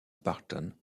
barton